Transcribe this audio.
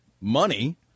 money